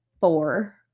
four